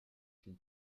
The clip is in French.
une